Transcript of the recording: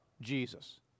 Jesus